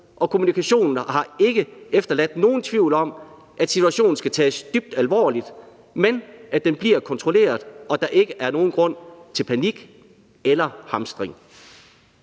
og kommunikationen har ikke efterladt nogen tvivl om, at situationen skal tages dybt alvorligt, men at den bliver kontrolleret, og at der ikke er nogen grund til panik eller hamstring.